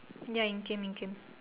ya it came it came